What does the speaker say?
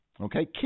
okay